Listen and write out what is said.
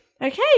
okay